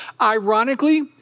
Ironically